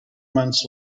months